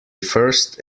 first